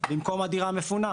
במקום הדירה מפונה.